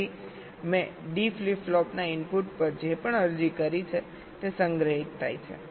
તેથી મેં D flip flop ના ઇનપુટ પર જે પણ અરજી કરી છે તે સંગ્રહિત થાય છે